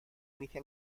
inicia